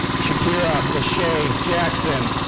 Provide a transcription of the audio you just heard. shakera lashay jackson.